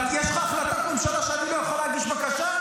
יש לך החלטת ממשלה שאני לא יכול להגיש בקשה?